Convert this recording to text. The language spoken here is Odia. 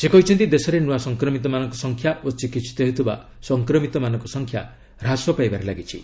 ସେ କହିଛନ୍ତି ଦେଶରେ ନୂଆ ସଂକ୍ରମିତମାନଙ୍କ ସଂଖ୍ୟା ଓ ଚିକିିିିିତ ହେଉଥିବା ସଂକ୍ମିତମାନଙ୍କ ସଂଖ୍ୟା ହାସ ପାଇବାରେ ଲାଗିଛି